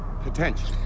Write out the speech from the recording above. potential